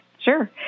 Sure